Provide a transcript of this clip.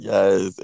Yes